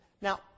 Now